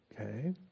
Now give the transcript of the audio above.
Okay